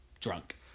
drunk